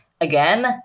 again